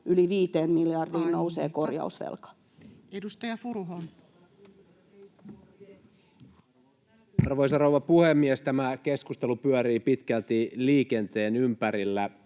[Puhemies: Aika!] nousee korjausvelka. Edustaja Furuholm. Arvoisa rouva puhemies! Tämä keskustelu pyörii pitkälti liikenteen ympärillä.